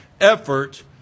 effort